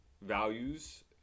values